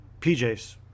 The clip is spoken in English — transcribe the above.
PJs